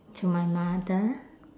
to my mother